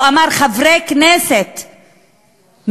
הוא אמר: חברי הכנסת מבל"ד,